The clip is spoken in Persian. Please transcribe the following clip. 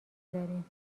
داریم